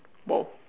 !wow!